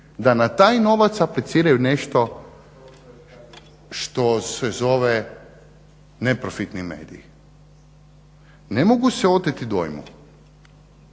da na taj novac apliciraju nešto što se zove neprofitni medij. Ne mogu se oteti dojmu